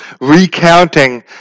recounting